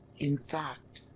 in fact,